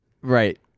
Right